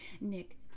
Nick